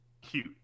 cute